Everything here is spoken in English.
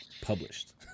published